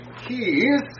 keys